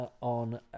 on